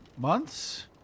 Months